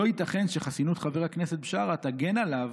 לא ייתכן שחסינות חבר הכנסת בשארה תגן עליו